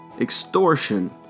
Extortion